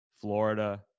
Florida